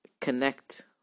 connect